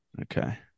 Okay